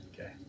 Okay